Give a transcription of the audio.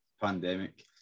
pandemic